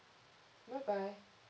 bye bye